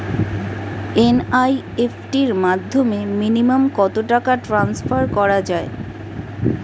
NEFT র মাধ্যমে minimum কত টাকা ট্রান্সফার করা যায়?